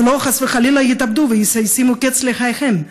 ולא, חס חלילה, יתאבדו וישימו קץ לחייהם.